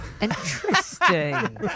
Interesting